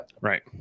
right